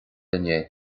inné